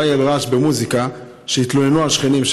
אולי על רעש במוזיקה שעליו התלוננו השכנים,